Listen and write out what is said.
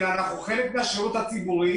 אלא אנחנו חלק מהשירות הציבורי.